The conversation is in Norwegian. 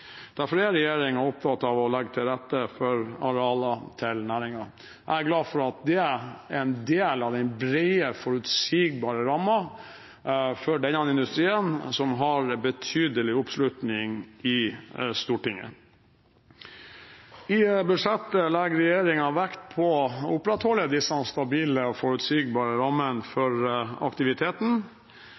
Derfor er regjeringen opptatt av å legge til rette for arealer til næringen. Jeg er glad for at det er en del av den brede, forutsigbare rammen for denne industrien som har betydelig oppslutning i Stortinget. I budsjettet legger regjeringen vekt på å opprettholde disse stabile og forutsigbare rammene for aktiviteten.